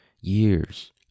years